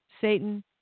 Satan